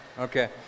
Okay